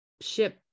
ship